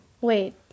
wait